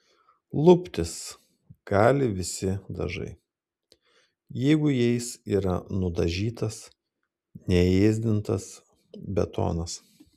luptis gali visi dažai jeigu jais yra nudažytas neėsdintas betonas